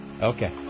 Okay